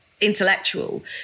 intellectual